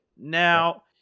Now